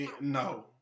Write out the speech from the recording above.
no